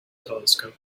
telescope